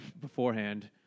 beforehand